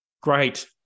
Great